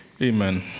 Amen